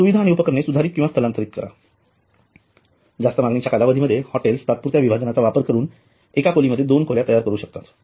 सुविधा आणि उपकरणे सुधारित किंवा स्थलांतरित करा जास्त मागणीच्या कालावधीमध्ये हॉटेल्स तात्पुरत्या विभाजनाचा वापर करून एका खोलीमध्ये दोन खोल्या तयार करू शकतात